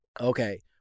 okay